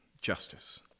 justice